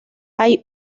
hay